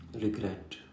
regret